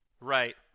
Right